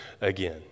again